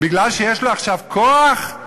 כי יש לו עכשיו כוח?